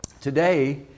Today